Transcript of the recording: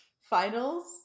finals